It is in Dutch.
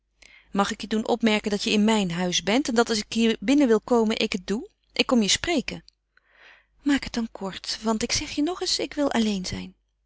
mag ik je doen opmerken dat je in mijn huis bent en dat als ik hier binnen wil komen ik het doe ik kom je spreken maak het dan kort want ik zeg je nog eens ik wil alleen zijn